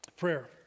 Prayer